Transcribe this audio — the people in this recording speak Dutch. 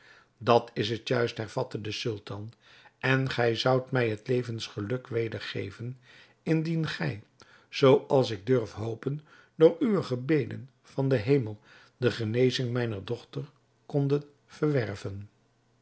dat is het juist hervatte de sultan en gij zoudt mij het levensgeluk wedergeven indien gij zoo als ik durf hopen door uwe gebeden van den hemel de genezing mijner dochter kondet verwerven